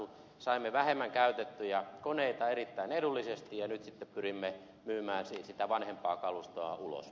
saimme vähemmän käytettyjä koneita erittäin edullisesti ja nyt sitten pyrimme myymään sitä vanhempaa kalustoa ulos